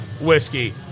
Whiskey